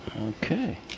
Okay